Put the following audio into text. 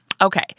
Okay